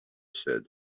said